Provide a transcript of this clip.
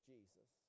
Jesus